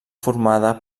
formada